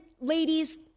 ladies –